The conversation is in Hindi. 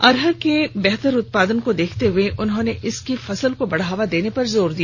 अरहर के बेहतर उत्पादन को देखते हुए उन्होंने इसकी फसल को बढ़ावा देने पर जोर दिया